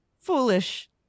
foolish